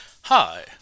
Hi